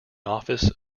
office